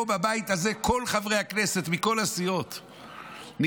פה בבית הזה כל חברי הכנסת מכל הסיעות נמצאים,